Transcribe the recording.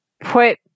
put